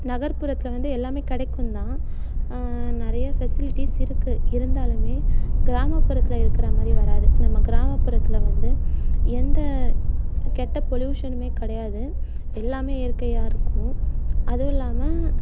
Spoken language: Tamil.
நகர்புறத்தில் வந்து எல்லாமே கிடைக்கும்தான் நிறைய ஃபெசிலிட்டிஸ் இருக்குது இருந்தாலுமே கிராமப்புறத்தில் இருக்கிற மாதிரி வராது நம்ம கிராமப்புறத்தில் வந்து எந்த கெட்ட பொல்யூஷனுமே கிடையாது எல்லாமே இயற்கையாக இருக்கும் அதுவுல்லாமல்